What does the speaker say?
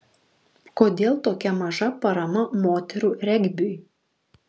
kodėl tokia maža parama moterų regbiui